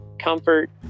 comfort